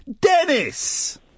Dennis